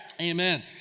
Amen